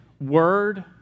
word